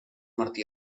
martí